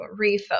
refocus